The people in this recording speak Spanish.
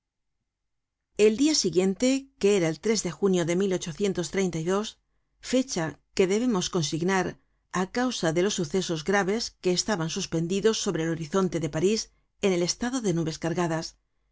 el dia siguiente que era el de junio de fecha que debemos consignar á causa de los sucesos graves que estaban suspendidos sobre el horizonte de parís en el estado de nubes cargadas